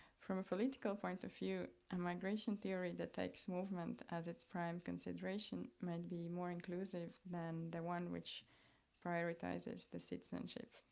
from a political point of view, a migration theory that takes movement as its prime consideration might be more inclusive than the one which prioritizes the citizenship.